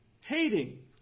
hating